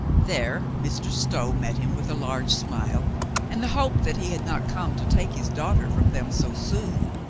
there mr. stow met him with a large smile and the hope that he had not come to take his daughter from them so soon.